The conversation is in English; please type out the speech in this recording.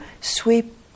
sweep